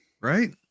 Right